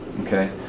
Okay